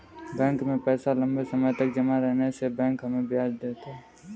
bank में पैसा लम्बे समय तक जमा रहने से बैंक हमें ब्याज देता है